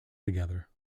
together